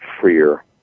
freer